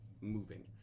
moving